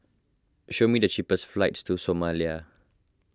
show me the cheapest flights to Somalia